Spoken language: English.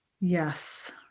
Yes